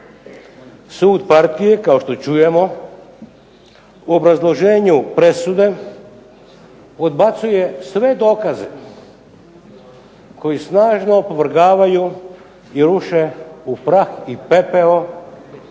Sud partije, kao što čujemo, u obrazloženju presude odbacuje sve dokaze koji snažno opovrgavaju i ruše u prah i pepeo